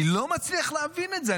אני לא מצליח להבין את זה.